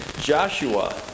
Joshua